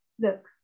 look